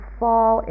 fall